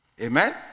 Amen